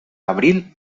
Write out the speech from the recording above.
abril